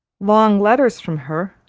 long letters from her,